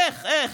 איך, איך?